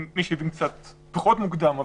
מי שהבין קצת פחות מוקדם,